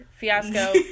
fiasco